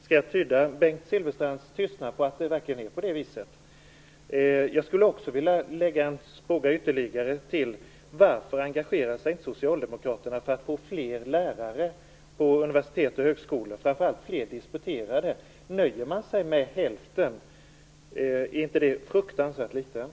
Skall jag tyda Bengt Silfverstrands tystnad som att det verkligen är på det viset? Jag skulle också vilja ställa ytterligare en fråga. Varför engagerar sig inte Socialdemokraterna för att få fler lärare på universitet och högskolor - framför allt fler disputerade? Nöjer man sig med att hälften av lärarna har disputerat? Är inte det fruktansvärt litet?